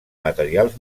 materials